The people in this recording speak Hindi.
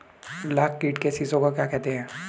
लाख कीट के शिशु को क्या कहते हैं?